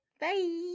Bye